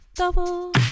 Double